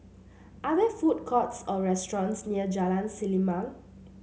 are there food courts or restaurants near Jalan Selimang